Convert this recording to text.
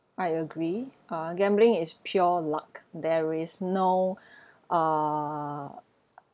I agree uh gambling is pure luck there is no err